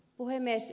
puhemies